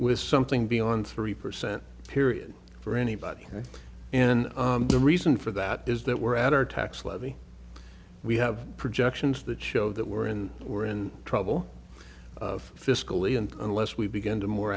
with something beyond three percent period for anybody and the reason for that is that we're at our tax levy we have projections that show that we're in we're in trouble fiscally and unless we begin to more